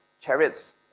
chariots